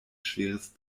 schweres